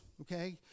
okay